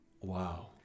Wow